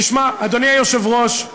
תשמע, אדוני היושב-ראש,